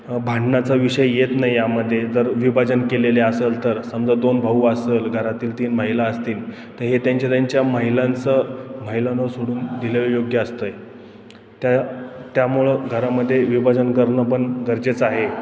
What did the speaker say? भांडणाचा विषय येत नाही यामध्ये जर विभाजन केलेले असेल तर समजा दोन भाऊ असेल घरातील तीन महिला असतील तर हे त्यांच्या त्यांच्या महिलांचं महिलांवर सोडून दिलेलं योग्य असतं आहे त्या त्यामुळं घरामध्ये विभाजन करणं पण गरजेचं आहे